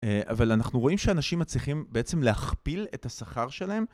אבל אנחנו רואים שאנשים מצליחים בעצם להכפיל את השכר שלהם.